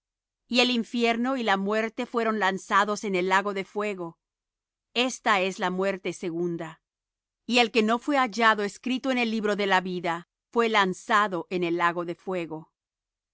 y el infierno y la muerte fueron lanzados en el lago de fuego esta es la muerte segunda y el que no fué hallado escrito en el libro de la vida fué lanzado en el lago de fuego